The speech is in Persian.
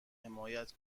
حمایت